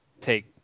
take